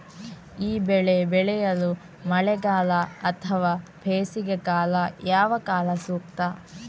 ಈ ಬೆಳೆ ಬೆಳೆಯಲು ಮಳೆಗಾಲ ಅಥವಾ ಬೇಸಿಗೆಕಾಲ ಯಾವ ಕಾಲ ಸೂಕ್ತ?